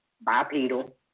bipedal